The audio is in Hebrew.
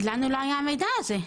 לנו לא היה מידע על זה.